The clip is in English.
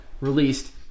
released